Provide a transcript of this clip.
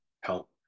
help